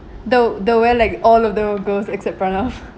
the the where like all of those girls except pranav